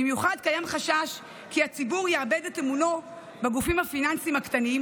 במיוחד קיים חשש כי הציבור יאבד את אמונו בגופים הפיננסיים הקטנים,